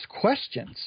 questions